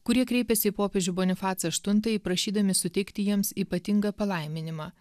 kurie kreipėsi į popiežių bonifacą aštuntąjį prašydami suteikti jiems ypatingą palaiminimą